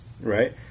right